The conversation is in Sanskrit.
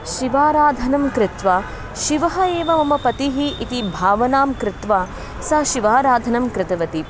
शिवाराधनां कृत्वा शिवः एव मम पतिः इति भावनां कृत्वा सा शिवाराधनां कृतवती